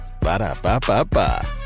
Ba-da-ba-ba-ba